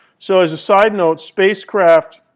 so as a side note, spacecraft,